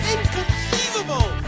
Inconceivable